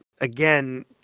again